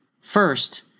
First